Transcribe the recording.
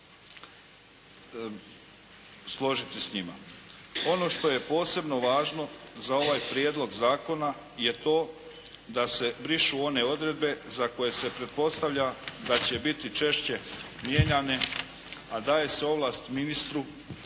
Ono što je posebno važno za ovaj prijedlog zakona je to da se brišu one odredbe za koje se pretpostavlja da će biti češće mijenjane, a daje se ovlast ministru